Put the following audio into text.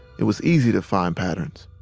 it was easy to find patterns